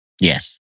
Yes